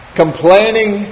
complaining